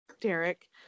Derek